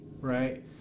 right